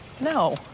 No